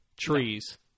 trees